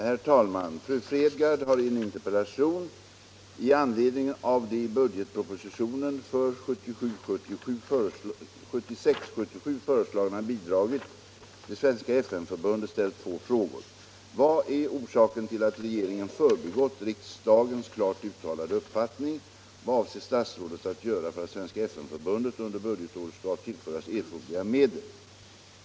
Herr talman! Fru Fredgardh har i en interpellation i anledning av det i budgetpropositionen för 1976/77 föreslagna bidraget till Svenska FN förbundet ställt två frågor. 1. Vad är orsaken till att regeringen förbigått riksdagens klart uttalade uppfattning? 2. Vad avser statsrådet att göra för att Svenska FN-förbundet under budgetåret skall tillföras erforderliga medel?